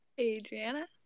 Adriana